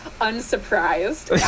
unsurprised